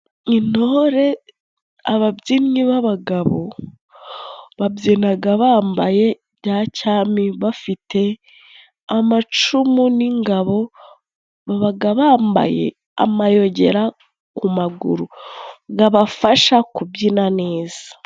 Intore ababyinnyi b'abagabo babyinaga bambaye bya cami, bafite amacumu n'ingabo, babaga bambaye amayogera ku maguru gabafasha kubyina neza.